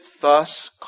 thus